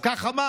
כך אמר,